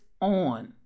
on